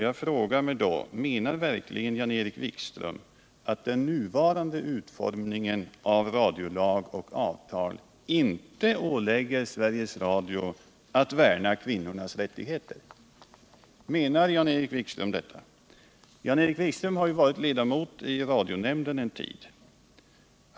Jag frågar mig då: Menar verkligen Jan-Erik Wikström att den nuvarande utformningen av radiolag och avtal inte ålägger Sveriges Radio att värna kvinnornas rättigheter? Jan-Erik Wikström har ju varit ledamot av radionämnden en tid.